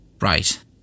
Right